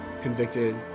convicted